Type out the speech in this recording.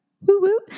Woo